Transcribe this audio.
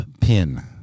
pin